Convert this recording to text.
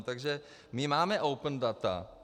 Takže máme open data.